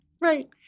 Right